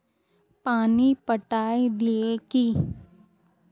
पानी पटाय दिये की?